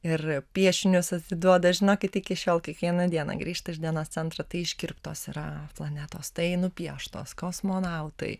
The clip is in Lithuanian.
ir piešinius atiduoda žinokit iki šiol kiekvieną dieną grįžta iš dienos centro tai iškirptos yra planetos tai nupieštos kosmonautai